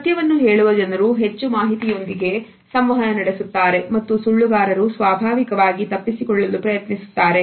ಸತ್ಯವನ್ನು ಹೇಳುವ ಜನರು ಹೆಚ್ಚು ಮಾಹಿತಿಯೊಂದಿಗೆ ಸಂವಹನ ನಡೆಸುತ್ತಾರೆ ಮತ್ತು ಸುಳ್ಳುಗಾರರು ಸ್ವಾಭಾವಿಕವಾಗಿ ತಪ್ಪಿಸಿಕೊಳ್ಳಲು ಪ್ರಯತ್ನಿಸುತ್ತಾರೆ